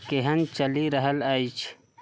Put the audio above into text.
केहन चलि रहल अछि